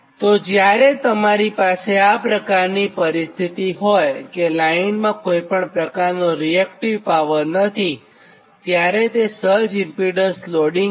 તો જ્યારે તમારી પાસે આ પ્રકારની પરિસ્થિતિ હોયકે લાઇનમાં કોઇ પ્રકારનો રીએક્ટીવ પાવર નથીત્યારે તે સર્જ ઇમ્પીડન્સ લોડીંગ છે